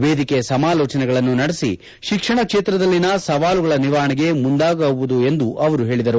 ವೇದಿಕೆ ಸಮಾಲೋಚನೆಗಳನ್ನು ನಡೆಸಿ ಶಿಕ್ಷಣ ಕ್ಷೇತ್ರದಲ್ಲಿನ ಸವಾಲುಗಳ ನಿವಾರಣೆಗೆ ಮುಂದಾಗುವುದು ಎಂದು ಅವರು ಹೇಳಿದರು